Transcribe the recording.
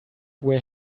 where